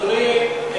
אדוני,